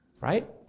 right